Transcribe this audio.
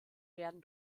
werden